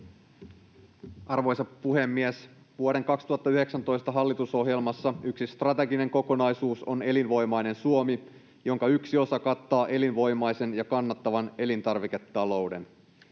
Arvoisa puhemies! Vuoden 2019 hallitusohjelmassa yksi strateginen kokonaisuus on elinvoimainen Suomi, jonka yksi osa kattaa elinvoimaisen ja kannattavan elintarviketalouden.